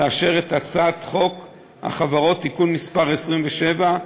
לאשר את הצעת חוק החברות (תיקון מס' 27),